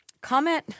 Comment